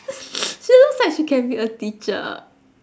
she looks like she can be a teacher